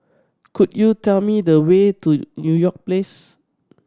could you tell me the way to You York Place